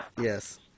Yes